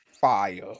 fire